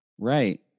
right